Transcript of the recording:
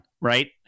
right